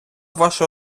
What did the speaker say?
вашої